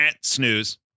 Snooze